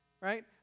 right